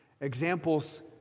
Examples